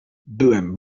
byłem